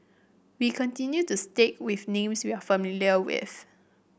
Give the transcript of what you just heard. we continue to stick with names we are familiar with